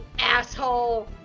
ASSHOLE